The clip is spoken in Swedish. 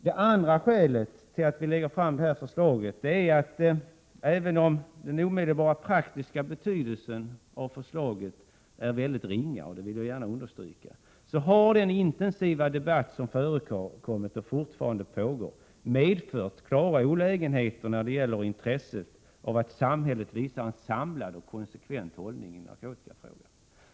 Det andra skälet till att vi lägger fram det här förslaget är att även om den omedelbara praktiska betydelsen av förslaget är mycket ringa — och det vill jag gärna understryka — har den intensiva debatt som förts, och som fortfarande pågår, medfört klara olägenheter när det gäller intresset av att samhället visar en samlad och konsekvent hållning i narkotikafrågan.